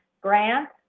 Grant